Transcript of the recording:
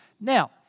Now